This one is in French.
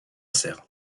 cancer